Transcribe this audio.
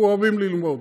אנחנו אוהבים ללמוד,